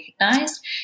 recognized